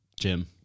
Jim